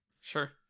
Sure